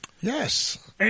Yes